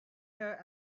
here